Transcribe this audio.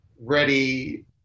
ready